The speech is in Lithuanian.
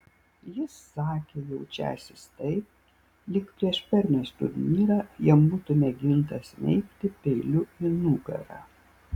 jis sakė jaučiąsis taip lyg prieš permės turnyrą jam būtų mėginta smeigti peiliu į nugarą